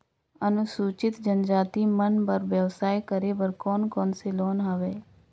अनुसूचित जनजाति मन बर व्यवसाय करे बर कौन कौन से लोन हवे?